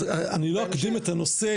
אז אני לא אקדים את הנושא,